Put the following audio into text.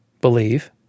believe